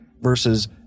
versus